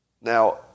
Now